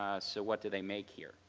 ah so what do they make here.